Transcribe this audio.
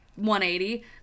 180